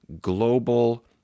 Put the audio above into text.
global